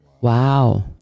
Wow